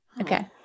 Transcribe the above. Okay